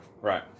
Right